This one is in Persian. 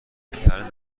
بطرز